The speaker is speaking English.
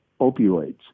opioids